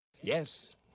Yes